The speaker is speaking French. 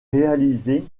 réalisé